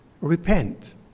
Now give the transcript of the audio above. Repent